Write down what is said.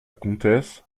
comtesse